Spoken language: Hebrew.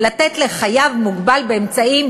לתת לחייב מוגבל באמצעים,